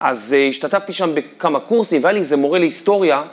אז השתתפתי שם בכמה קורסים והיה לי איזה מורה להיסטוריה.